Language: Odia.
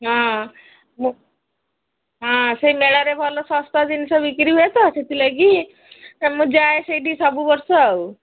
ହଁ ମୁଁ ହଁ ସେଇ ମେଳାରେ ଭଲ ଶସ୍ତା ଜିନିଷ ବିକ୍ରି ହୁଏ ତ ସେଥିଲାଗି ମୁଁ ଯାଏ ସେଇଠି ସବୁ ବର୍ଷ ଆଉ